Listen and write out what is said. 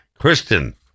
Kristen